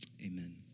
amen